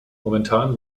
momentan